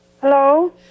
Hello